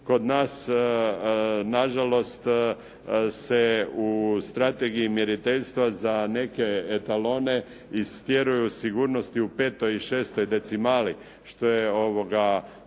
kod nas na žalost se u Strategiji mjeriteljstva za neke etalone istjeruju sigurnosti u petoj i šestoj decimali, što je